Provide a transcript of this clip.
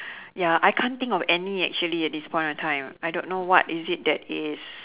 ya I can't think of any actually at this point of time I don't know what is it that is